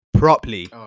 properly